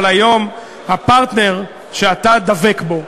אבל היום הפרטנר שאתה דבק בו,